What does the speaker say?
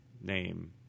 name